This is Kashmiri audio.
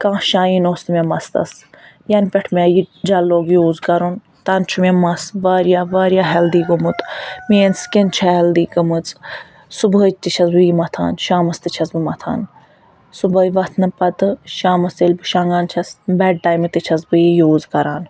کانٛہہ شاین اوس نہٕ مےٚ مَستَس یَنہٕ پٮ۪ٹھ مےٚ یہِ جل لوگ یوٗز کَرُن تَنہٕ چھُ مےٚ مس واریاہ واریاہ ہیٚلدی گوٚمُت میٛٲنۍ سِکن چھِ ہیٚلدی گٔمٕژ صُبحٲے تہِ چھَس بہٕ یہِ مَتھان شامَس تہِ چھَس بہٕ مَتھان صُبحٲے وۅتھنہٕ پَتہٕ شامَس ییٚلہِ بہٕ شۅنٛگان چھَس بیٚڈ ٹایمہِ تہِ چھَس بہٕ یہِ یوٗز کَران